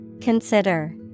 Consider